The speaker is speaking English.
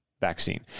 vaccine